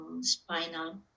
spinal